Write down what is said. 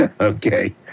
okay